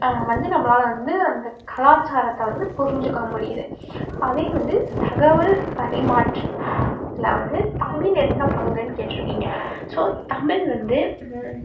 வந்து நம்மளால் வந்து அந்த கலாச்சாரத்தை வந்து புரிஞ்சுக்க முடியுது அதே வந்து தகவல் பரிமாற்றத்தில் வந்து தமிழ் என்ன பங்குன்னு கேட்டுருக்கிங்க ஸோ தமிழ் வந்து